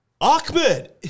Ahmed